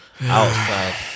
Outside